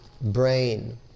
brain